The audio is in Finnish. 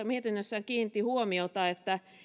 mietinnössään kiinnitti huomiota että